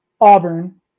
Auburn